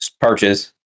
perches